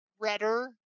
redder